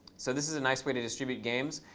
so this is a nice way to distribute games.